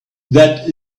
that